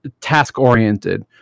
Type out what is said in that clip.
task-oriented